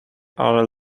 are